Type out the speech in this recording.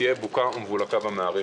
תהיה בוקה ומבולקה במערכת.